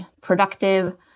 productive